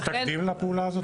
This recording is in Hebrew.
יש תקדים לפעולה הזאת?